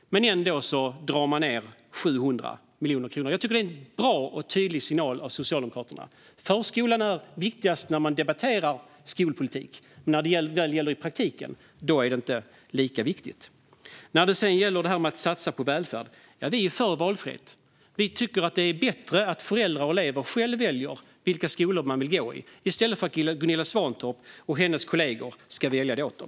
Men ändå drar man ned 700 miljoner kronor. Det är en bra och tydlig signal av Socialdemokraterna. Förskolan är viktigast när man debatterar skolpolitik. Men när det väl gäller i praktiken är det inte lika viktigt. När det gäller att satsa på välfärd är vi för valfrihet. Vi tycker att det är bättre att föräldrar och elever själva väljer vilka skolor eleverna vill gå i, i stället för att Gunilla Svantorp och hennes kollegor ska välja det åt dem.